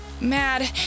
mad